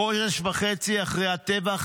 חודש וחצי אחרי הטבח